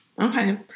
Okay